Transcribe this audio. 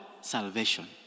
salvation